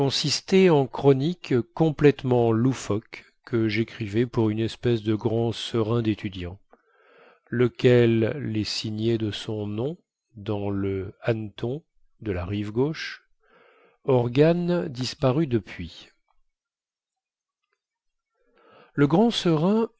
consistaient en chroniques complètement loufoques que jécrivais pour une espèce de grand serin détudiant lequel les signait de son nom dans le hanneton de la rive gauche organe disparu depuis le grand serin